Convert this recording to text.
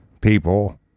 people